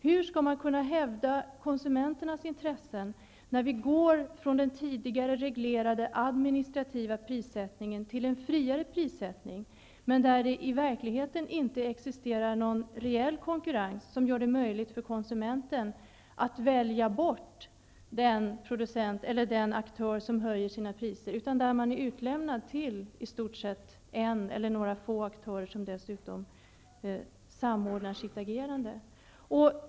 Hur skall man kunna hävda konsumenternas intressen när vi går från den tidigare reglerade administrativa prissättningen till en friare prissättning? Där existerar det i verkligheten inte någon reell konkurrens som gör det möjligt för konsumenten att välja bort den aktör som höjer sina priser. Där är man i stort sett utlämnad till en eller några få aktörer som dessutom samordnar sitt agerande.